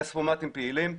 כספומטים פעילים.